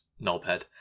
knobhead